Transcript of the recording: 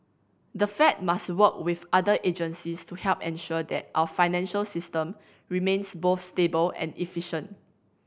the Fed must work with other agencies to help ensure that our financial system remains both stable and efficient